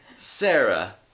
Sarah